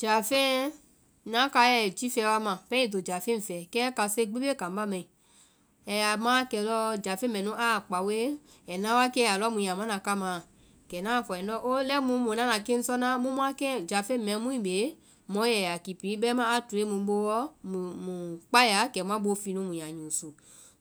Jáfeŋɛ ŋna kaiɛ i jiifɛ wa ma pɛŋ ai to jáfeŋ fɛɛ. Kɛ kase gbi bee kambá mai, ɛȧ yaa ma wakɛ lɔɔ jáfeŋ mɛnu aa kpaoe, ɛɛ na wakɛ a alɔ muĩ ya mana kama wa? Kɛ ŋna a fɔ a yɛ ŋndɔ oo lɛimu muĩ nana keŋ sɔna, mu mua jáfeŋ mɛɛ bee mɔ ye a ya kipi, bɛmaã a toe mu booɔ muĩ kpai ya kɛ muã boo fii nu mu yaa usu.